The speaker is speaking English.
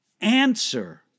answer